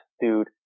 dude